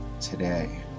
today